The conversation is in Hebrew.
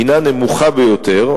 הינה נמוכה ביותר,